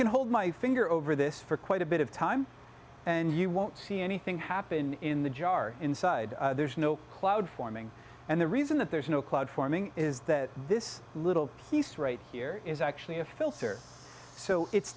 can hold my finger over this for quite a bit of time and you won't see anything happening in the jar inside there's no cloud forming and the reason that there's no cloud forming is that this little he's right here is actually a filter so it's